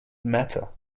matter